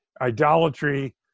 Idolatry